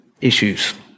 issues